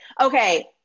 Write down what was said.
Okay